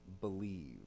believe